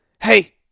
Hey